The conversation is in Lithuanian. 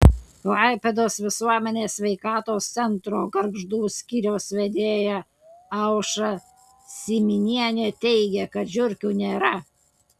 klaipėdos visuomenės sveikatos centro gargždų skyriaus vedėja aušra syminienė teigia kad žiurkių nėra